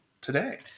today